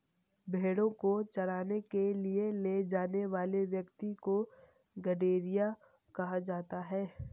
भेंड़ों को चराने के लिए ले जाने वाले व्यक्ति को गड़ेरिया कहा जाता है